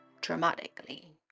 dramatically